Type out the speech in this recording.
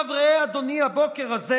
ראה, אדוני, הבוקר הזה